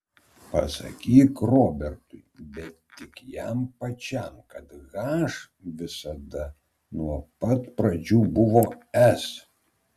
pasakyk robertui bet tik jam pačiam kad h visada nuo pat pradžių buvo s